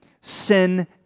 sin